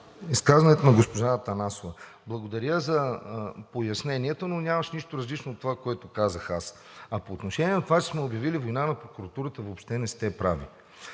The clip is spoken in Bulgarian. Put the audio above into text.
изказването на госпожа Атанасова. Благодаря за поясненията, но нямаше нищо различно от това, което казах аз, а по отношение на това, че сме обявили война на прокуратурата, въобще не сте права.